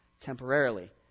temporarily